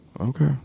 Okay